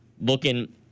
looking